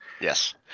Yes